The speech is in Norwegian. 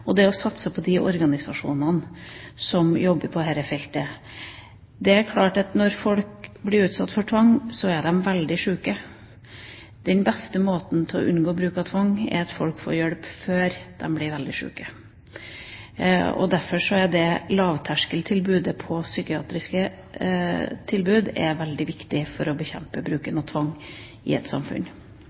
og det er å satse på de organisasjonene som jobber på dette feltet. Det er klart at når folk blir utsatt for tvang, er de veldig syke. Den beste måten å unngå bruk av tvang på er at folk får hjelp før de blir veldig syke. Derfor er lavterskeltilbudet innen psykiatriske tilbud veldig viktig for å bekjempe bruken av tvang i et samfunn.